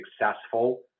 successful